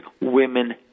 women